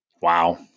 Wow